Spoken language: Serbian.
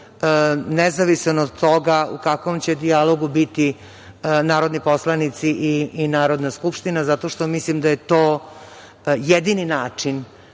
nezavistan od toga u kakvom će dijalogu biti narodni poslanici i Narodna skupština, jer mislim da je to jedini način